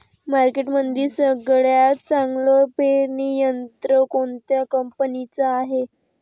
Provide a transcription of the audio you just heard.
मार्केटमंदी सगळ्यात चांगलं पेरणी यंत्र कोनत्या कंपनीचं हाये?